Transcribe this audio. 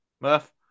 Murph